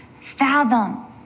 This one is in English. fathom